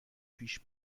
پیش